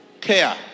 care